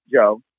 Joe